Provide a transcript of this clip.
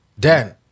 Dan